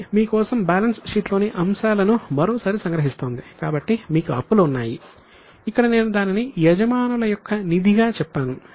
ఇది మీ కోసం బ్యాలెన్స్ షీట్లోని అంశాలను మరోసారి సంగ్రహిస్తోంది కాబట్టి మీకు అప్పులు ఉన్నాయి ఇప్పుడు నేను దానిని యజమానుల యొక్క నిధిగా చెప్పాను